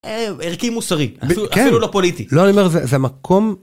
ערכי מוסרי, ב.. כן, אפילו לא פוליטי, לא אני אומר זה זה מקום.